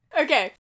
okay